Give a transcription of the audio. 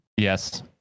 Yes